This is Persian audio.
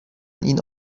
این